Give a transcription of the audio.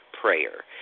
Prayer